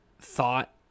thought